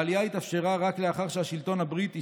העלייה התאפשרה רק לאחר שהשלטון הבריטי,